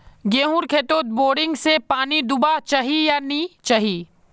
गेँहूर खेतोत बोरिंग से पानी दुबा चही या नी चही?